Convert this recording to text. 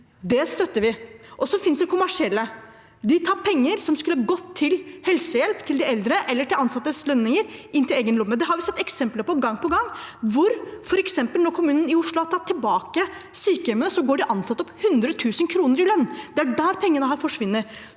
Det støtter vi. Så finnes det kommersielle, som tar penger som skulle gått til helsehjelp til de eldre eller til ansattes lønninger, i egen lomme. Det har vi sett eksempler på gang på gang. Der Oslo kommune nå har tatt tilbake sykehjemmene, går de ansatte opp 100 000 kr i lønn. Det er der pengene har forsvunnet.